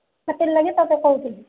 ସେଥି ଲାଗି ତୋତେ କହୁ ଥିଲି